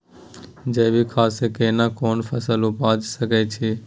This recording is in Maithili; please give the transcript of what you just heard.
जैविक खाद से केना कोन फसल उपजा सकै छि?